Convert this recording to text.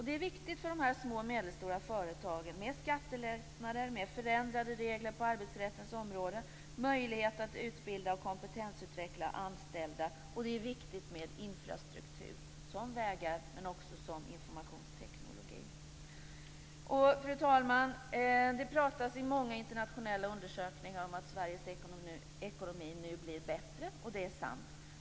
Det är viktigt för de små och medelstora företagen med skattelättnader, med förändrade regler på arbetsrättens område och med möjligheter att utbilda och kompetensutveckla anställda. Och det är viktigt med infrastruktur som vägar och som informationsteknologi. Fru talman! Det pratas i många internationella undersökningar om att Sveriges ekonomi nu blir bättre, och det är sant.